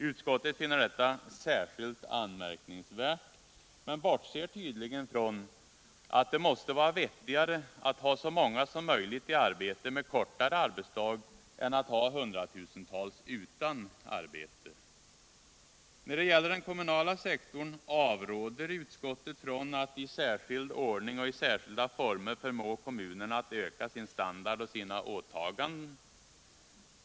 Utskottet finner detta ”särskilt anmärkningsvärt” men bortser tydligen från, att det måste vara vettigare att ha så många som möjligt i arbete med kortare arbetsdag än att ha hundratusentals utan arbete. När det gäller den kommunala sektorn avråder utskottet från ”att i särskild ordning och i särskilda former förmå kommunerna att öka sin standard och sina åtaganden”.